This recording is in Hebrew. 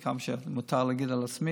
עד כמה שמותר להגיד על עצמי,